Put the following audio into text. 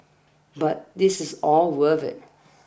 but this is all worth it